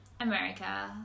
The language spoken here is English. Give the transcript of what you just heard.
America